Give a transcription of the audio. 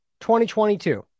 2022